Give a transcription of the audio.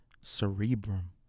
Cerebrum